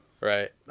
Right